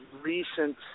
recent